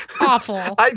awful